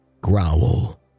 growl